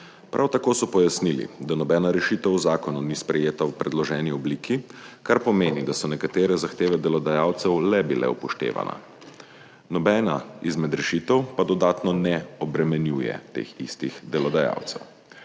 Prav tako so pojasnili, da nobena rešitev v zakonu ni sprejeta v predloženi obliki, kar pomeni, da so nekatere zahteve delodajalcev le bile upoštevane, nobena izmed rešitev pa dodatno ne obremenjuje teh istih delodajalcev.